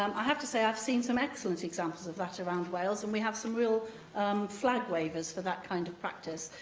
um i have to say, i've seen some excellent examples of that around wales, and we have some real flag wavers for that kind of practice.